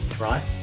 right